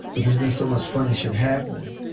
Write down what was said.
but there's been so much funny shit happening.